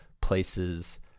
places